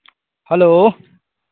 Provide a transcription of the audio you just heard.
hello